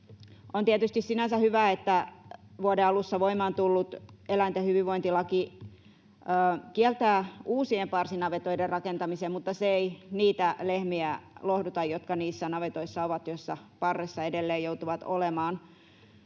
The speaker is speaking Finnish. On tietysti sinänsä hyvä, että vuoden alussa voimaan tullut eläinten hyvinvointilaki kieltää uusien parsinavetoiden rakentamisen, mutta se ei lohduta niitä lehmiä, jotka ovat niissä navetoissa, joissa edelleen joutuvat olemaan